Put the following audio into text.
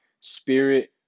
spirit